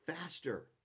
faster